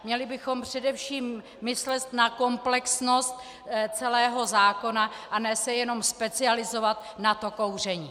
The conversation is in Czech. Měli bychom především myslet na komplexnost celého zákona a ne se jenom specializovat na to kouření.